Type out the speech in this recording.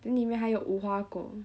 then 里面还有无花果